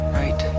right